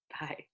bye